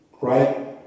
Right